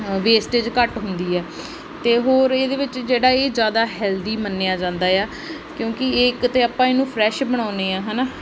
wastage ਘੱਟ ਹੁੰਦੀ ਹੈ ਅਤੇ ਹੋਰ ਇਹਦੇ ਵਿੱਚ ਜਿਹੜਾ ਇਹ ਜ਼ਿਆਦਾ ਹੈਲਦੀ ਮੰਨਿਆ ਜਾਂਦਾ ਆ ਕਿਉਂਕਿ ਇਹ ਇੱਕ ਤਾਂ ਆਪਾਂ ਇਹਨੂੰ ਫਰੈਸ਼ ਬਣਾਉਂਦੇ ਹਾਂ ਹੈ ਨਾ